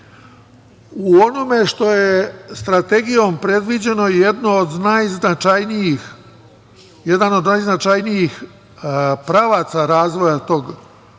U onome što je strategijom predviđeno je jedan od najznačajnijih pravaca razvoja